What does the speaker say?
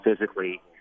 physically